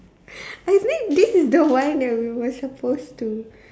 I mean this is the one that we were supposed to